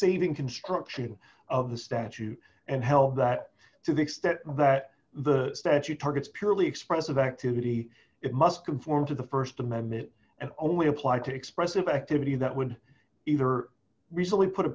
saving construction of the statute and help that to the extent that the statue targets purely expressive activity it must conform to the st amendment and only applied to expressive activity that would either recently put a